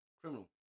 criminal